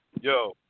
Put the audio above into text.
Yo